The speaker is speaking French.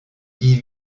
dix